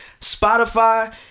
spotify